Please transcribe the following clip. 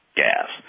gas